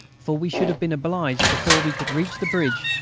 for we should have been obliged, before we could reach the bridge,